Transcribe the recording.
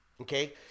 Okay